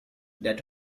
that